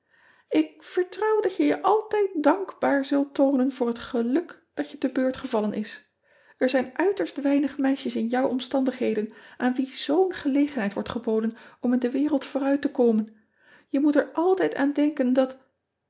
k vertrouw dat je je altijd dankbaar zult toonen voor het geluk dat je te beurt gevallen is r zijn uiterst ean ebster adertje angbeen weinig meisjes in jouw omstandigheden aan wie zoo n gelegenheid wordt geboden om in de wereld vooruit te komen e moet er altijd aan denken dat